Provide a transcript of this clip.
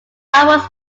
albums